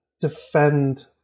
defend